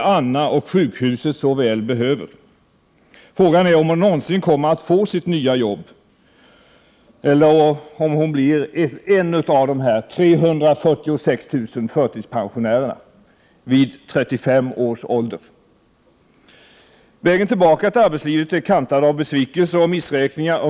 1988/89:130 Anna och sjukhuset så väl behöver. Frågan är om hon någonsin kommer att — 7 juni 1989 få sitt nya jobb, eller om hon blir en av de 346 000 förtidspensionärerna — vid 38 års ålder. Vägen tillbaka till arbetslivet är kantad av besvikelser och missräkningar.